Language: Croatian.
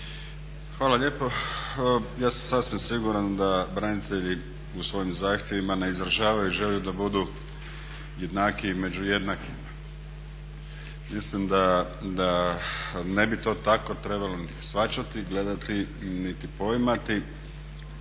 Hvala lijepo. Ja sam sasvim siguran da branitelji u svojim zahtjevima ne izražavaju želju da budu jednakiji među jednakima. Mislim da ne bi to tako trebalo niti shvaćati, gledati niti poimati.